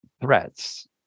threats